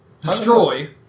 destroy